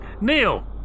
Neil